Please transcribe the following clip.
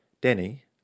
Danny